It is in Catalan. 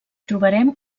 trobarem